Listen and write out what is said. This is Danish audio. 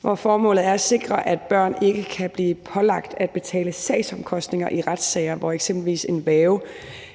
hvor formålet er at sikre, at børn ikke kan blive pålagt at betale sagsomkostninger i retssager, hvor eksempelvis en værge